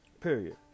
Period